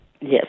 Yes